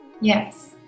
Yes